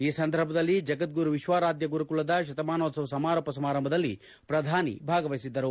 ಈ ಸಂದರ್ಭದಲ್ಲಿ ಜಗದ್ಗುರು ವಿಶ್ವಾರಾಧ್ಯ ಗುರುಕುಲದ ಶತಮಾನೋತ್ಸವದ ಸಮಾರೋಪ ಸಮಾರಂಭದಲ್ಲಿ ಪ್ರಧಾನಿ ಭಾಗವಹಿಸಿದರು